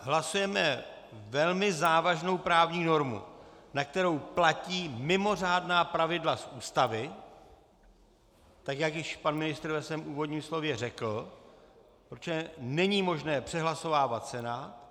Hlasujeme velmi závažnou právní normu, na kterou platí mimořádná pravidla z Ústavy, tak jak již pan ministr ve svém úvodním slově řekl, protože není možné přehlasovávat Senát.